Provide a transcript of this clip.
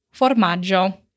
Formaggio